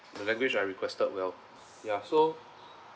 the language I requested well ya so